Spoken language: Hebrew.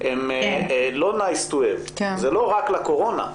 הן לא מעבדות לקורונה.